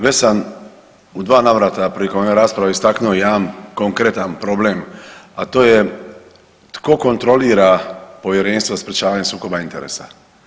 Već sam u dva navrata prilikom ove rasprave istaknuo jedan konkretan problem, a to je tko kontrolira Povjerenstvo za sprječavanje sukoba interesa?